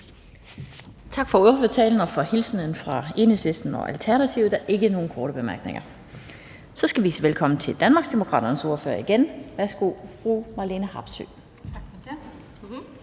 Tak for ordførertalen og for hilsnen fra Enhedslisten og Alternativet. Der er ikke nogen korte bemærkninger. Så skal vi igen sige velkommen til Danmarksdemokraternes ordfører. Værsgo, fru Marlene Harpsøe.